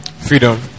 Freedom